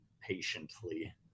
patiently